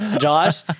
Josh